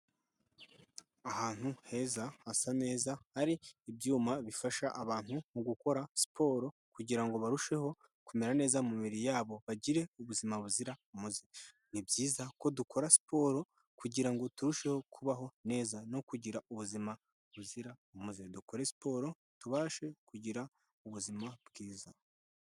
Ahantu heza hasa neza hari ibyuma bifasha abantu mu gukora siporo kugira ngo barusheho kumera neza mu mibiri yabo bagire ubuzima buzira umuze. Ni byiza ko dukora siporo kugira ngo turusheho kubaho neza no kugira ubuzima buzira umuze. Dukore siporo tubashe kugira ubuzima bwiza.